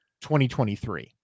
2023